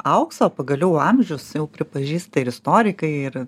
aukso pagaliau amžius jau pripažįsta ir istorikai ir